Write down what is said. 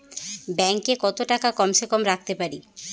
Bank এ কত টাকা কম সে কম রাখতে পারি?